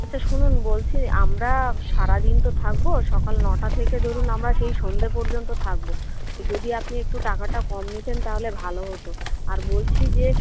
আচ্ছা শুনুন বলছি আমরা সারা দিন তো থাকব সকাল নটা থেকে ধরুন আমরা সেই সন্ধ্যে পর্যন্ত থাকব যদি আপনি একটু টাকাটা কম নিতেন তাহলে ভালো হতো আর বলছি যে